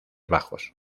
bajos